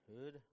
good